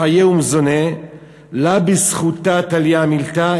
חיי ומזוני לאו בזכותא תליא מילתא,